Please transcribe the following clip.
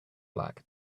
black